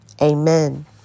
amen